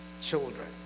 children